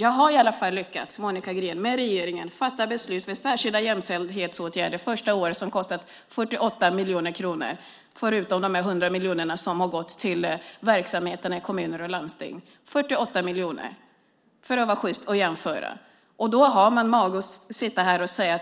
Jag har i alla fall lyckats, Monica Green, att under första året med regeringen fatta beslut om särskilda jämställdhetsåtgärder som kostat 48 miljoner kronor - förutom de 100 miljoner som har gått till verksamheterna i kommuner och landsting - för att vara sjyst och jämföra. Hur kan man då ha mage att säga: